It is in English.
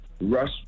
rush